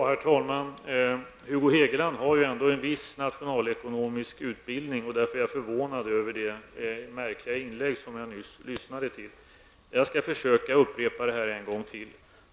Herr talman! Hugo Hegeland har ju ändå en viss nationalekonomisk utbildning -- jag är därför förvånad över det märkliga inlägg som jag nyss lyssnade till. Jag skall försöka upprepa argumenteringen en gång till.